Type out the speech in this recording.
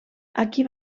aquí